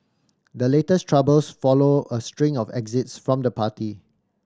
the latest troubles follow a string of exist from the party